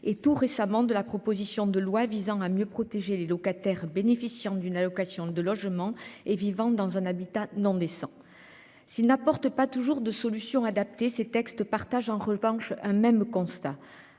et tout récemment de la proposition de loi visant à mieux protéger les locataires bénéficiant d'une allocation de logement et vivant dans un habitat non descend. S'il n'apporte pas toujours de solutions adaptées ces textes partagent en revanche un même constat,